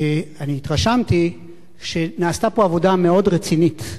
התרשמתי שנעשתה פה עבודה מאוד רצינית.